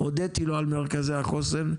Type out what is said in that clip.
הודיתי לו על מרכזי החוסן,